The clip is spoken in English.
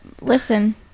Listen